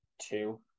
Two